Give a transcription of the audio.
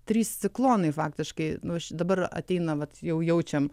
trys ciklonai faktiškai nu dabar ateina vat jau jaučiam